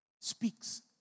speaks